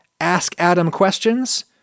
askadamquestions